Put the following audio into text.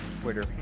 Twitter